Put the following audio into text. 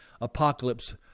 apocalypse